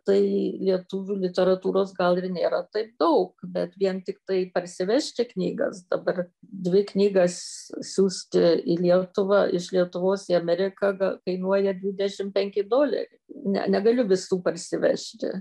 tai lietuvių literatūros gal ir nėra taip daug bet vien tiktai parsivežti knygas dabar dvi knygas siųsti į lietuvą iš lietuvos į ameriką ga kainuoja dvidešim penki doleriai ne negaliu visų parsivežti